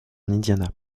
indiana